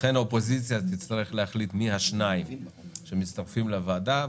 לכן האופוזיציה תצטרך להחליט מי השניים שמצטרפים לוועדה.